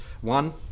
one